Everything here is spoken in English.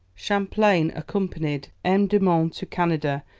champlain accompanied m. de monts to canada,